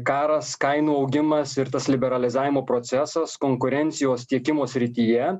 karas kainų augimas ir tas liberalizavimo procesas konkurencijos tiekimo srityje